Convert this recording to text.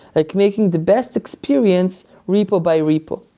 like making the best experience repo by repo.